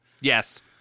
Yes